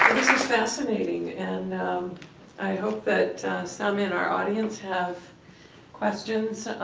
fascinating, and i hope that some in our audience have questions.